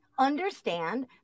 understand